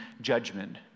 judgment